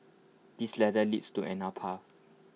this ladder leads to path